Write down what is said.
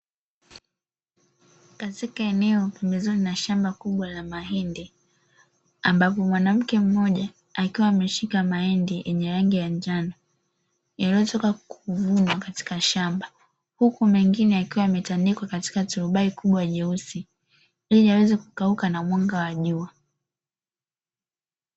Katika eneo pembezoni na shamba kubwa la mahindi, ambapo mwanamke mmoja akiwa ameshika mahindi yenye rangi ya njano, yaliyotoka kuvunwa katika shamba, huku mengine yakiwa yametandikwa katika turubai kubwa jeusi ili yaweze kukauka na mwanga wa jua.